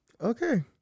Okay